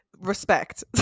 respect